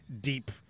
deep